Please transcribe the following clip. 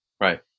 Right